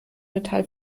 metall